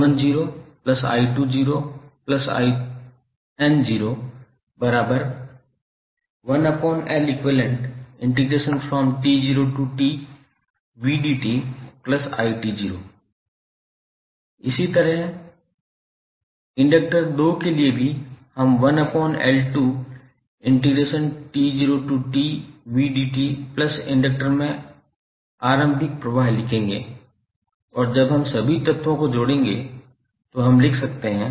इसी तरह इंडक्टर 2 के लिए भी हम प्लस इंडक्टर में आरंभिक प्रवाह लिखेंगे और जब हम सभी तत्वों को जोड़ेंगे तो हम लिख सकते हैं